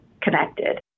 connected